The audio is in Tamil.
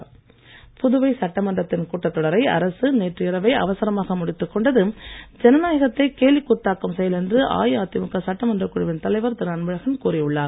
அன்பழகன் புதுவை சட்டமன்றத்தின் கூட்டத் தொடரை அரசு நேற்று இரவே அவசரமாக முடித்துக் கொண்டது ஜனநாயகத்தை கேலிக் கூத்தாக்கும் செயல் என்று அஇஅதிமுக சட்டமன்றக் குழுவின் தலைவர் திரு அன்பழகன் கூறி உள்ளார்